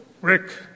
Rick